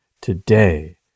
today